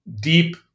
deep